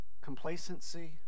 complacency